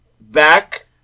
back